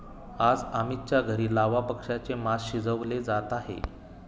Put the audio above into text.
आज अमितच्या घरी लावा पक्ष्याचे मास शिजवले जात आहे